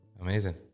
Amazing